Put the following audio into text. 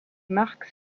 mark